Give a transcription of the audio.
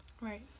Right